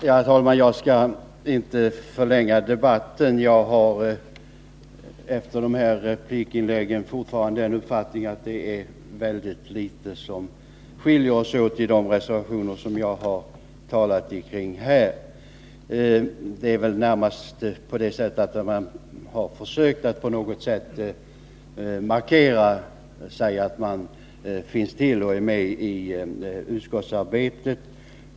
Herr talman! Jag skall inte mycket förlänga debatten. Efter replikerna här har jag fortfarande den uppfattningen att det är väldigt litet som skiljer oss åt när det gäller de reservationer som jag har talat om. Det är väl närmast på det sättet att man försökt att göra en markering för att visa att man finns till och är med i utskottsarbetet.